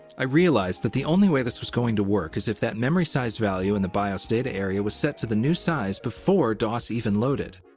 i realized that the only way this was going to work is if that memory size value in the bios data area was set to the new size before dos even loaded.